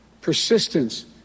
persistence